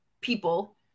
people